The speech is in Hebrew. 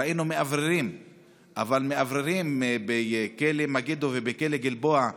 ראינו מאווררים בכלא מגידו ובכלא גלבוע,